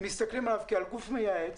שמסתכלים על הרלב"ד כעל גוף מייעץ